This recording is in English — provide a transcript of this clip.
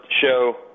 show